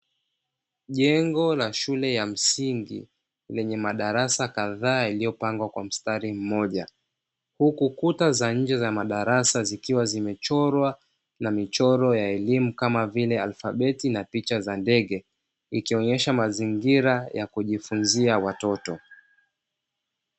Jengo la shule ya msingi lenye madarasa kadhaa yaliyopangwa kwa mstari mmoja, huku kuta za nje za madarasa zikiwa zimechorwa na michoro ya elimu kama vile alfabeti na picha za ndege, ikionyesha mazingira ya kujifunzia watoto.